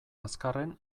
azkarren